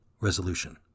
Resolution